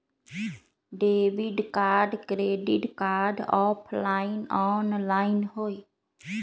Debit card credit card offline online होई?